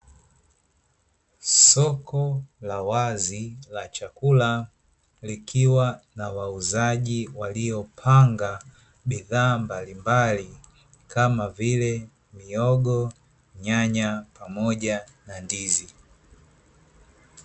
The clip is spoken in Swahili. Soko la wazi la chakula likiwa na wauzaji waliopanga bidhaa mbalimbali kama vile miogo, nyanya pamoja na ndizi.